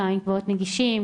כמה מקוואות נגישים,